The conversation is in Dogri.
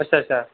अच्छा अच्छा